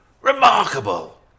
remarkable